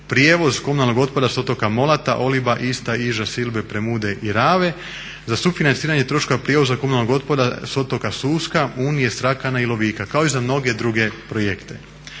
prijevoz komunalnog otpada s otoka Molata, Oliba, Ista, Iža, Silbe, Premude i Rave, za sufinanciranje troškova prijevoza komunalnog otpada s otoka Suska, Unije, Srakana i Lovika kao i za mnoge druge projekte.